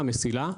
"מסילה",